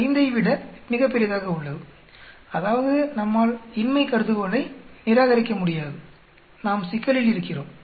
05 ஐ விட மிகப்பெரிதாக உள்ளது அதாவது நம்மால் இன்மை கருதுகோளை நிராகரிக்க முடியாது நாம் சிக்கலில் இருக்கிறோம்